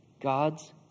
God's